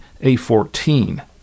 A14